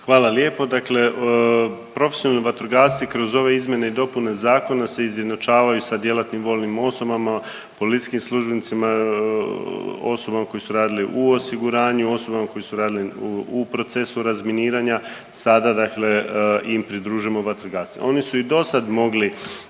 Hvala lijepo. Dakle, profesionalni vatrogasci kroz ove izmjene i dopune zakona se izjednačavaju sa djelatnim vojnim osobama, policijskim službenicima, osobama koji su radili u osiguranju, osobama koji su radili u procesu razminiranja sada dakle im pridružujemo vatrogasce. Oni su i do sad mogli